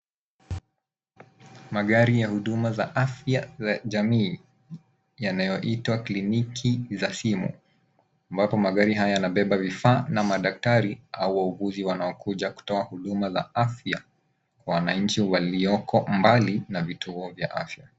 Magari ya huduma za afya ya jamii yanayoitwa kliniki za simu ambapo magari haya yanabeba vifaa na madaktari au wauguzi wanaokuja kutoa huduma za afya kwa wananchi walioko mbali na vituo vya afya.